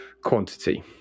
quantity